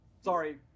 Sorry